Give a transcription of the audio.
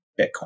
Bitcoin